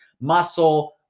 muscle